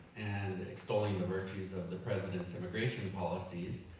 and and extolling the virtues of the president's immigration policies.